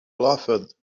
laughed